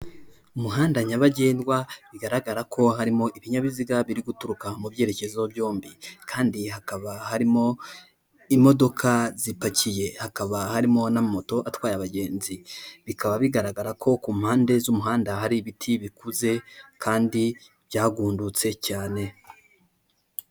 Umuhanda nyabagendwa bigaragara ko harimo ibinyabiziga biri guturuka mu byerekezo byombi kandi hakaba harimo imodoka zipakiye hakaba harimo n'amamoto atwaye abagenzi bikaba bigaragara ko ku mpande z'umuhanda hari ibiti bikuze kandi byagundutse cyane.